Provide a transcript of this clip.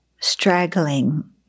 straggling